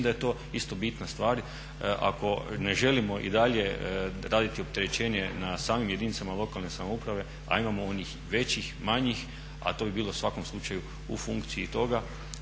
da je to isto bitna stvar ako ne želimo i dalje raditi opterećenje na samim jedinicama lokalne samouprave, a imamo ih većih, manjih. A to bi bilo u svakom slučaju u funkciji toga.